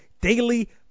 Daily